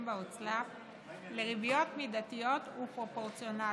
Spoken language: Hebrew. בהוצאה לפועל לריביות מידתיות ופרופורציונליות.